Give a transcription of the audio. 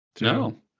No